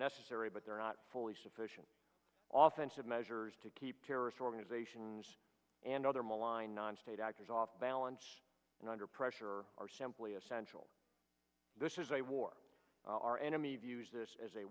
necessary but they're not fully sufficient often to have measures to keep terrorist organizations and other malign non state actors off balance and under pressure are simply essential this is a war our enemy views this as a